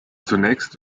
zunächst